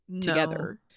together